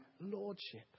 lordship